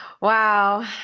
Wow